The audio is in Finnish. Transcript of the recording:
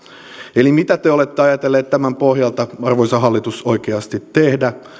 eli mitä te olette ajatelleet tämän pohjalta arvoisa hallitus oikeasti tehdä